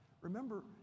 remember